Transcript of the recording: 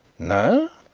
no,